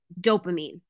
dopamine